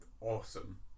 awesome